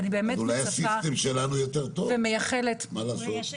ואני באמת מצפה ומייחלת --- אולי המערכת שלנו יותר טובה,